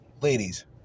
ladies